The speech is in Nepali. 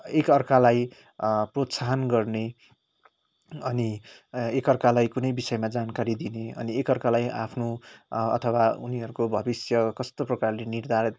एकाअर्कालाई प्रोत्साहन गर्ने अनि एकअर्कालाई कुनै विषयमा जानकारी दिने अनि एकअर्कालाई आफ्नो अथवा उनीहरूको भविष्य कस्तो प्रकारले निर्धारित